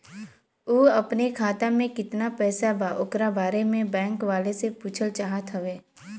उ अपने खाते में कितना पैसा बा ओकरा बारे में बैंक वालें से पुछल चाहत हवे?